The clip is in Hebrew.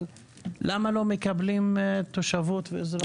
אבל למה לא מקבלים תושבות ואזרחות?